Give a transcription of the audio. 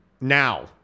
now